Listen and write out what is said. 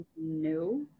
No